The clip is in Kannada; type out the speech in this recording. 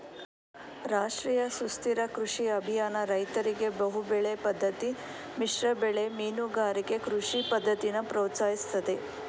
ರಾಷ್ಟ್ರೀಯ ಸುಸ್ಥಿರ ಕೃಷಿ ಅಭಿಯಾನ ರೈತರಿಗೆ ಬಹುಬೆಳೆ ಪದ್ದತಿ ಮಿಶ್ರಬೆಳೆ ಮೀನುಗಾರಿಕೆ ಕೃಷಿ ಪದ್ದತಿನ ಪ್ರೋತ್ಸಾಹಿಸ್ತದೆ